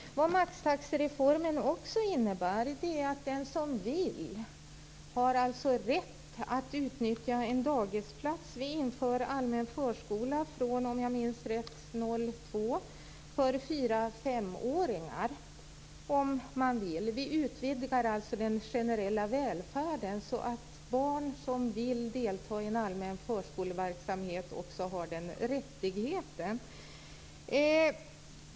Maxtaxereformen innebär också att den som vill har alltså rätt att utnyttja en dagisplats. Vi inför allmän förskola från, om jag minns rätt, 2002 för fyrafem-åringar. Vi utvidgar den generella välfärden så att barn som vill delta i en allmän förskoleverksamhet också har den rättigheten.